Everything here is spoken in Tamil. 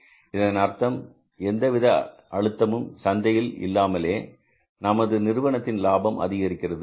இதன் அர்த்தம் எந்தவித அழுத்தமும் சந்தையில் இல்லாமலே நமது நிறுவனத்தின் லாபம் அதிகரிக்கிறது